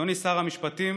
אדוני שר המשפטים,